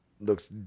looks